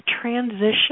transition